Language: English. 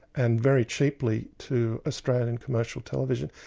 and very cheaply to australian and commercial television,